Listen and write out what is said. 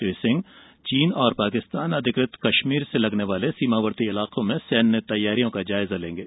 श्री सिंह चीन और पाकिस्तान अधिकृत कश्मीर से लगते सीमावर्ती इलाकों में सैन्य तैयारियों का जायजा लेंगे